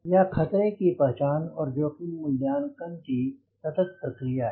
यह खतरे की पहचान और जोखिम मूल्यांकन की सतत प्रक्रिया है